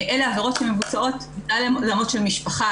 אלה עבירות שמבוצעות --- של משפחה,